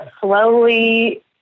slowly